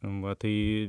va tai